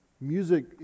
Music